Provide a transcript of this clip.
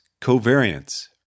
covariance